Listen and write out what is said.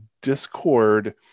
discord